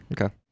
Okay